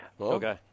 Okay